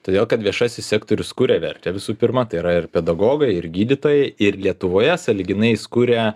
todėl kad viešasis sektorius kuria vertę visų pirma tai yra ir pedagogai ir gydytojai ir lietuvoje sąlyginai jis kuria